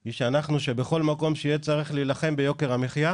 היא שאנחנו שבכל מקום שיהיה שצריך להילחם ביוקר המחייה